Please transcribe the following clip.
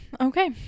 Okay